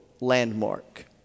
landmark